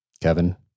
Kevin